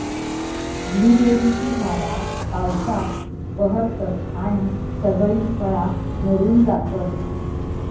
ब्लूबेरीची झाडा पावसात बहरतत आणि सगळी फळा झडून जातत